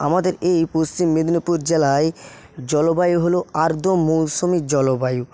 আমাদের এই পশ্চিম মেদিনীপুর জেলায় জলবায়ু হলো আর্দ্র মৌসুমী জলবায়ু